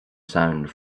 sound